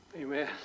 Amen